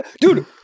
dude